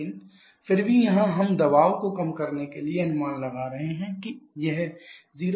लेकिन फिर भी यहाँ हम दबाव को कम करने के लिए अनुमान लगा रहे हैं कि यह 032 MPa है